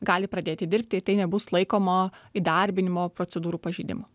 gali pradėti dirbti ir tai nebus laikoma įdarbinimo procedūrų pažeidimu